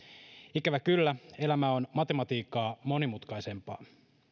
ikävä kyllä elämä on matematiikkaa monimutkaisempaa